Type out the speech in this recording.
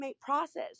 process